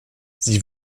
sie